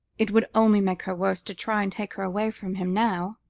it would only make her worse to try and take her away from him now,